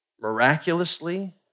miraculously